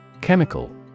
Chemical